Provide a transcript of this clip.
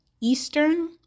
Eastern